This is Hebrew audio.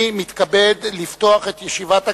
אני מתכבד לפתוח את ישיבת הכנסת.